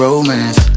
Romance